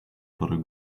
parę